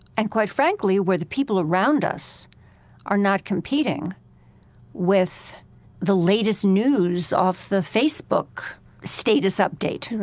and, quite frankly, where the people around us are not competing with the latest news off the facebook status update.